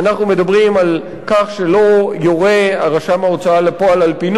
אנחנו מדברים על כך שלא יורה הרשם בהוצאה לפועל על פינוי,